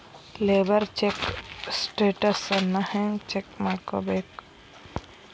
Labour check ಸ್ಟೆಟಸನ್ನ ಹೆಂಗ್ check ಮಾಡ್ಕೊಬೇಕ್?